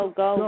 go